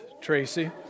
Tracy